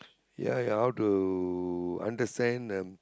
ya ya how to understand the